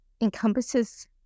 encompasses